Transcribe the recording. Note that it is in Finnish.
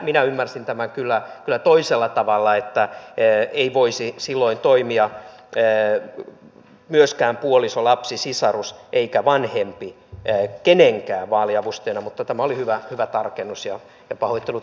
minä ymmärsin tämän kyllä toisella tavalla niin että puoliso lapsi sisarus tai vanhempi ei voisi silloin toimia myöskään puoliso lapsi sisarusta eikä vanhempi ja heikki kenenkään vaaliavustajana mutta tämä oli hyvä tarkennus ja pahoittelut että ymmärsin väärin